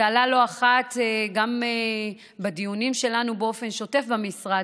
זה עלה לא אחת גם בדיונים שלנו באופן שוטף במשרד,